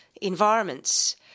environments